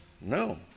No